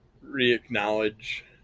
re-acknowledge